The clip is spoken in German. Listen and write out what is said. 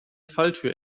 falltür